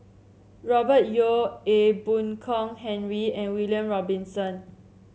Robert Yeo Ee Boon Kong Henry and William Robinson